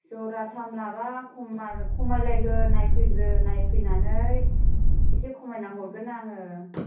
ज'राथाम लाबा खमा खमायलायगोन नायफैग्रो नायफैनानै एसे खमायनानै हरगोन आङो